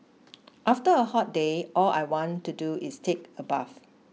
after a hot day all I want to do is take a bath